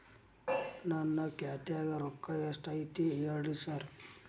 ನನ್ ಖಾತ್ಯಾಗ ರೊಕ್ಕಾ ಎಷ್ಟ್ ಐತಿ ಹೇಳ್ರಿ ಸಾರ್?